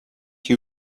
you